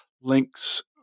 links